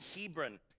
Hebron